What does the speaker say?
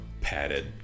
padded